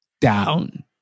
down